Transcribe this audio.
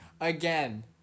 again